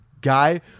guy